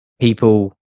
people